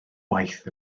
waith